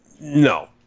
no